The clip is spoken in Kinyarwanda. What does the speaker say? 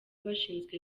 bashinzwe